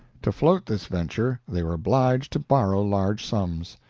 to float this venture they were obliged to borrow large sums.